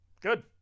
Good